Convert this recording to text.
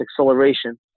acceleration